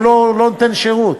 הוא לא נותן שירות.